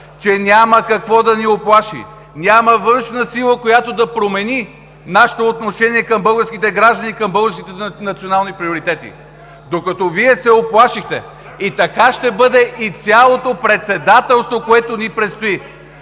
че няма какво да ни уплаши. Няма външна сила, която да промени нашето отношение към българските граждани, към българските национални приоритети, докато Вие се уплашихте. И така ще бъде цялото Председателство, което ни предстои.